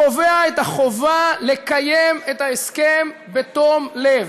קובע את החובה לקיים את ההסכם בתום לב.